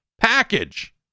package